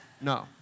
No